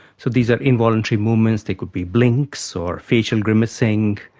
so these are involuntary movements, they could be blinks or facial grimacing,